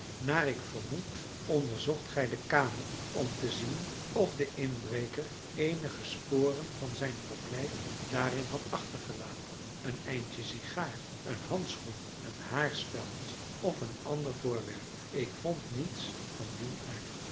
naar ik vermoed onderzocht gij de kamer om te zien of de inbreker eenige sporen van zijn verblijf daarin had achtergelaten een eindje sigaar een handschoen een haarspeld of een ander voorwerp ik vond niets van dien aard